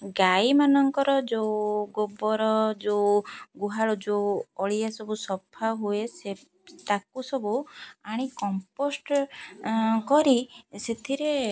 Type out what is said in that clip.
ଗାଈମାନଙ୍କର ଯେଉଁ ଗୋବର ଯେଉଁ ଗୁହାଳୁ ଯେଉଁ ଅଳିଆ ସବୁ ସଫା ହୁଏ ସେ ତାକୁ ସବୁ ଆଣି କମ୍ପୋଷ୍ଟ କରି ସେଥିରେ